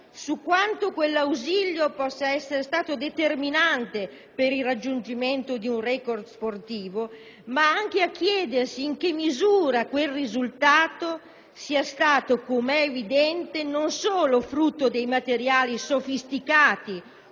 su quanto quell'ausilio possa essere stato determinante per il raggiungimento di un record sportivo, ma anche a chiedersi in che misura quel risultato sia stato, come è evidente, non solo frutto dei materiali sofisticati